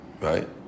right